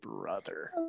brother